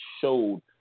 showed